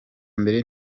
mbere